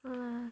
uh